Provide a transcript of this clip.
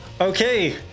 Okay